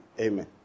amen